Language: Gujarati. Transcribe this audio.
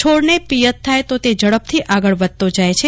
છોડને પિયત થાય તો તે ઝડપથી આગળ વધતો જાય છે